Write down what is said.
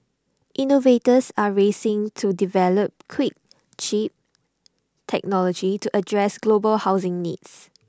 innovators are racing to develop quick cheap technology to address global housing needs